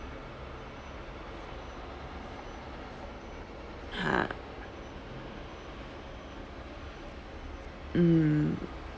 ha mm